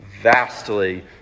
vastly